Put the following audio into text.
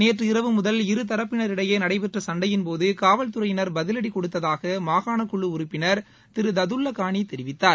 நேற்று இரவு முதல் இரு தரப்பினரிடையே நடைபெற்ற சண்டையின்போது காவல்துறையினா் பதிவடி கொடுத்ததாக மாகாண குழு உறுப்பினா் திரு ததுல்லாகானி தெரிவித்தார்